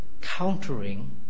countering